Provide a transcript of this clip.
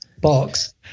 box